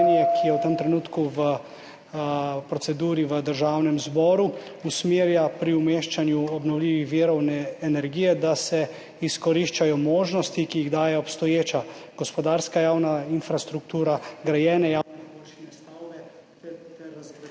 ki je v tem trenutku v proceduri v Državnem zboru, usmerja pri umeščanju obnovljivih virov energije, da se izkoriščajo možnosti, ki jih daje obstoječa gospodarska javna infrastruktura, grajene …/ izklop mikrofona/